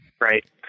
Right